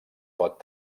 pot